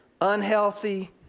unhealthy